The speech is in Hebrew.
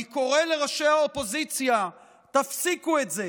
אני קורא לראשי האופוזיציה: תפסיקו את זה,